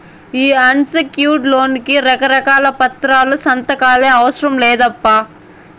ఈ unsecured loan కి రకారకాల పత్రాలు, సంతకాలే అవసరం లేదప్పా